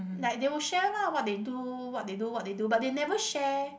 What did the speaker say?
like they will share lah what they do what they do what they do but they never share